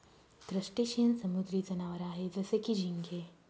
crustacean समुद्री जनावर आहे जसं की, झिंगे